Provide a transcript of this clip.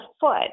foot